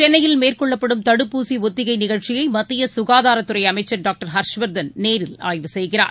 சென்னையில் மேற்கொள்ளப்படும் தடுப்பூசி ஒத்திகை நிகழ்ச்சியை மத்திய சுகாதாரத்துறை அமைச்சர் டாக்டர் ஹர்ஷ்வர்தன் நேரில் ஆய்வு செய்கிறார்